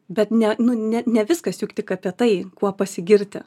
bet ne nu ne ne viskas juk tik apie tai kuo pasigirti